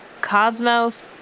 Cosmos